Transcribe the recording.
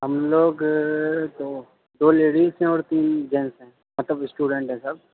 ہم لوگ دو دو لیڈیس ہیں اور تین جینس ہیں مطلب اسٹوڈنٹ ہیں سب